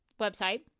website